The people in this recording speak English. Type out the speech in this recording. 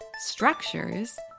structures